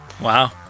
Wow